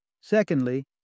Secondly